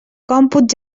còmput